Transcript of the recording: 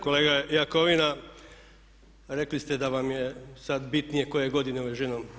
Kolega Jakovina rekli ste da vam je sada bitnije koje godine je uvezeno.